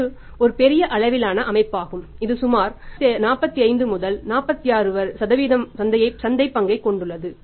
இது ஒரு பெரிய அளவிலான அமைப்பாகும் இது சுமார் 45 46 சந்தைப் பங்கை கொண்டுள்ளது